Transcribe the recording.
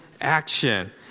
action